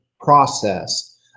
process